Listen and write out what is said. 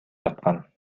жаткан